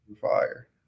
fire